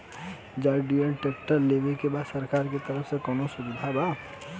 John Deere tractor लेवे के बा सरकार के तरफ से कौनो सुविधा बा?